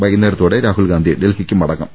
വൈകുന്നേരത്തോടെ രാഹുൽഗാന്ധി ഡൽഹിക്ക് മടങ്ങും